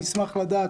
אשמח לדעת,